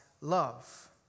love